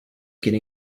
still